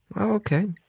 okay